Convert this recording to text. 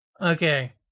Okay